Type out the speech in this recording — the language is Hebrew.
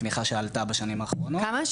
תמיכה שעלתה בשנים האחרונות --- כמה?